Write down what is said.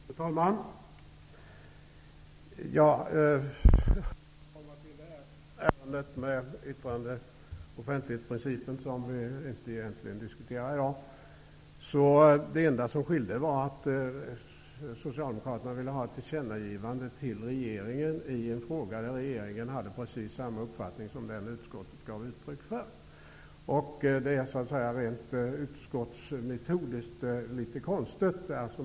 Fru talman! Jag återkommer till ämnena yttrandefriheten och offentlighetsprincipen, som vi egentligen inte diskuterar i dag. Det enda som skilde var att Socialdemokraterna ville ha ett tillkännagivande till regeringen i en fråga där regeringen hade precis samma uppfattning som den utskottet gav uttryck för. Det skulle vara en konstig metod i utskottet.